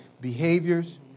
behaviors